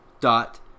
dot